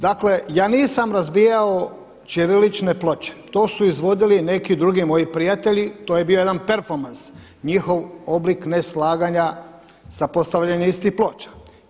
Dakle, ja nisam razbijao ćirilične ploče, to su izvodili neki drugi moji prijatelji, to je bio jedan performans njihov oblik ne slaganja sa postavljanjem istih ploča.